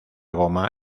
goma